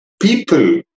people